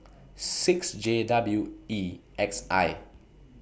six J W E X I